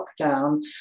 lockdown